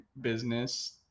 business